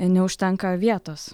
neužtenka vietos